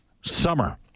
summer